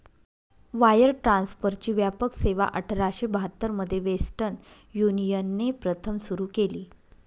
wire ट्रान्सफरची व्यापक सेवाआठराशे बहात्तर मध्ये वेस्टर्न युनियनने प्रथम सुरू केली